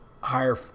higher